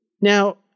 Now